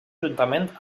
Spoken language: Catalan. juntament